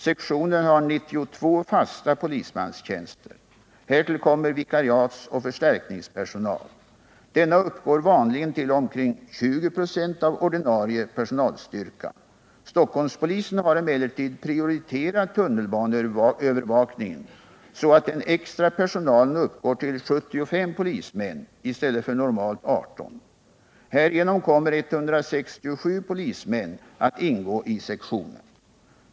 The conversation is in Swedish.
Sektionen har 92 fasta polismanstjänster. Härtill kommer vikariatsoch förstärkningspersonal. Denna uppgår vanligen till omkring 20 96 av ordinarie personalstyrka. Stockholmspolisen har emellertid prioriterat tunnelbaneövervakningen så att den extra personalen uppgår till 75 polismän i stället för normalt 18. Härigenom kommer 167 polismän att ingå i sektionen.